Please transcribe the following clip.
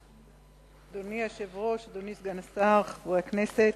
אדוני היושב-ראש, אדוני סגן השר, חברי הכנסת,